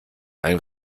ein